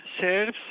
serves